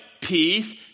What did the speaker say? peace